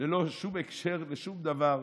ללא שום קשר לשום דבר,